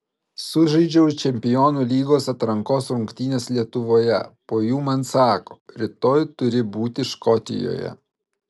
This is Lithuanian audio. sužaidžiau čempionų lygos atrankos rungtynes lietuvoje po jų man sako rytoj turi būti škotijoje